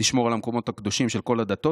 "תשמור על המקומות הקדושים של כל הדתות,